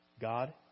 God